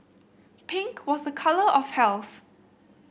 pink was a colour of health